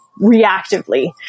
reactively